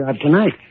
tonight